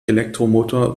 elektromotor